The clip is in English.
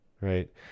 right